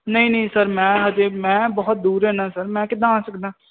ਨਹੀਂ ਨਹੀਂ ਸਰ ਮੈਂ ਬਹੁਤ ਦੂਰ ਰਹਿਦਾ ਸਰ ਮੈਂ ਕਿੱਦਾਂ ਆ ਸਕਦਾ